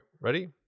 ready